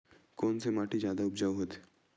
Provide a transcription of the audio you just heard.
कोन से माटी जादा उपजाऊ होथे?